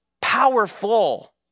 powerful